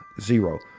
zero